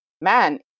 man